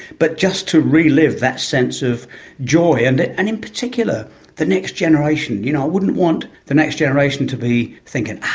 but just to re-live that sense of joy. and and in particular the next generation, i you know wouldn't want the next generation to be thinking, huh!